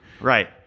right